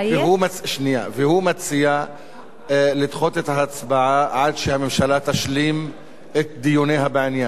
והוא מציע לדחות את ההצבעה עד שהממשלה תשלים את דיוניה בעניין.